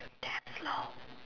damn slow